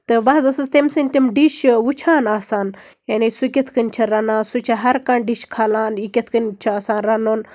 تہٕ بہٕ حظ ٲسٕس یہِ تٔمی سٔندۍ تِم ڈِش وٕچھان آسان یعنی سُہ کِتھ کَنۍ چھُ رَنان سُہ چھُ ہر کانہہ ڈِش کھالان یہِ کِتھ کٔنۍ چھُ آسان رَنُن